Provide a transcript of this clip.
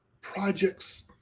projects